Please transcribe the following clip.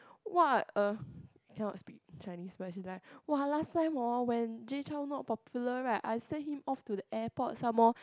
!wah! uh cannot speak in Chinese but she's like !wah! last time horn when Jay Chou not popular right I send him off to the airport somemore